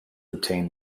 obtain